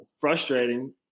Frustrating